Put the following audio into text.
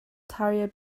tire